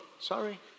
sorry